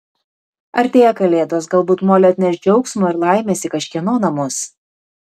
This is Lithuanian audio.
artėja kalėdos galbūt molė atneš džiaugsmo ir laimės į kažkieno namus